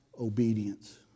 obedience